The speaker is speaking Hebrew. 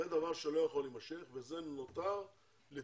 זה דבר שלא יכול להימשך וזה נותר לטיפול.